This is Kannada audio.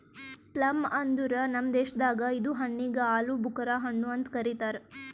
ಪ್ಲಮ್ ಅಂದುರ್ ನಮ್ ದೇಶದಾಗ್ ಇದು ಹಣ್ಣಿಗ್ ಆಲೂಬುಕರಾ ಹಣ್ಣು ಅಂತ್ ಕರಿತಾರ್